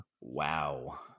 Wow